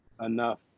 enough